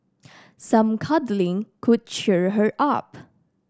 some cuddling could cheer her up